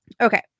Okay